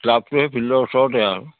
ক্লাবটো সেই ফিল্ডৰ ওচৰতে আৰু